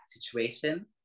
situation